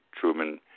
truman